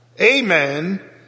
amen